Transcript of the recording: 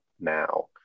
now